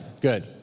good